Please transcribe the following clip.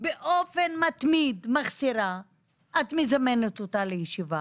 באופן מתמיד מחסירה את מזמנת אותה לישיבה,